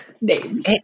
names